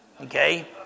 Okay